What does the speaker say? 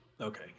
okay